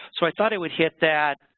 so, i thought i would hit that